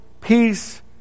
peace